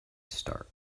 start